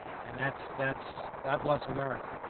and that's that's god bless america,